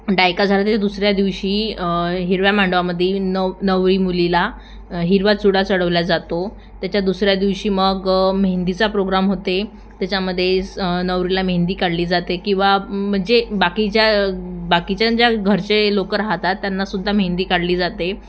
डायका झाला त्याच्या दुसऱ्या दिवशी हिरव्या मांडवामध्ये नव नवरी मुलीला हिरवा चुडा चढवला जातो त्याच्या दुसऱ्या दिवशी मग मेहेंदीचा प्रोग्राम होते त्याच्यामध्येच नवरीला मेहेंदी काढली जाते किंवा म्हणजे बाकीच्या बाकीच्या ज्या घरचे लोक राहतात त्यांना सुद्धा मेहेंदी काढली जाते